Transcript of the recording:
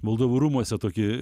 valdovų rūmuose tokį